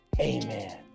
amen